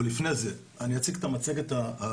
או שאולי לפני זה אני אציג את המצגת הקצרה,